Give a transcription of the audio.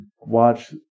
watch